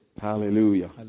Hallelujah